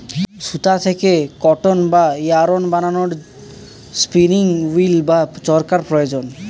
সুতা থেকে কটন বা ইয়ারন্ বানানোর স্পিনিং উঈল্ বা চরকা প্রয়োজন